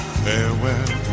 farewell